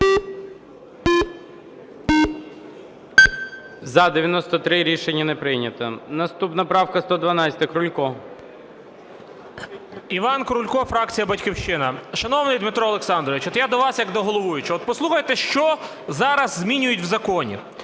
За-93 Рішення не прийнято. Наступна правка 112-а, Крулько. 11:22:09 КРУЛЬКО І.І. Іван Крулько, фракція "Батьківщина". Шановний Дмитро Олександрович, я до вас як до головуючого, послухайте, що зараз змінюють в законі.